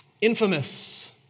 Infamous